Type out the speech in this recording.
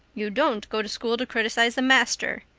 you don't go to school to criticize the master.